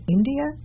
India